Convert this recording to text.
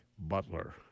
butler